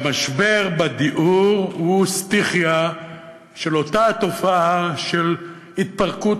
המשבר בדיור הוא סטיכיה של אותה תופעה של התפרקות